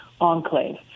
enclave